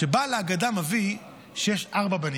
בעל ההגדה מביא שיש ארבעה בנים,